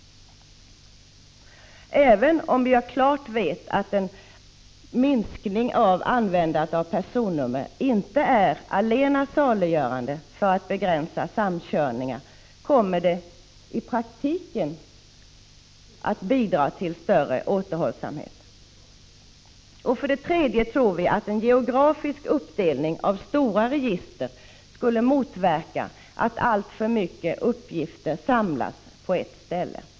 Även om vi vet att en minskning av användningen av personnummer inte 55 är allena saliggörande för att begränsa samkörningar kommer det i praktiken att bidra till större återhållsamhet. För det tredje tror vi att en geografisk uppdelning av stora register skulle motverka att alltför många uppgifter samlas på ett ställe.